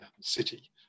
city